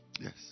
Yes